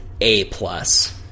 A-plus